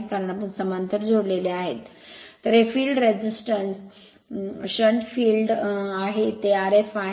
कारण आपण समांतर जोडलेले आहेत तर हे फील्ड रेझिस्टन्स शंट फील्ड आहे ते Rf आहे